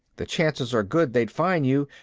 the chances are good they'd find you.